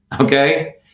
Okay